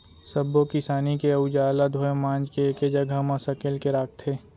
सब्बो किसानी के अउजार ल धोए मांज के एके जघा म सकेल के राखथे